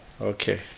Okay